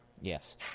Yes